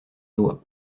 doigt